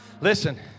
Listen